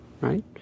right